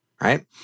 right